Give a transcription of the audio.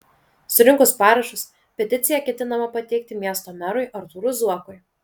surinkus parašus peticiją ketinama pateikti miesto merui artūrui zuokui